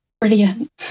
brilliant